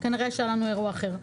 ואז כנראה, היה לנו אירוע אחר.